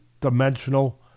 dimensional